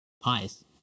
pies